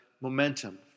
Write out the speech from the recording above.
momentum